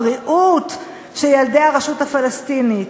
הבריאות של ילדי הרשות הפלסטינית?